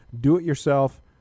do-it-yourself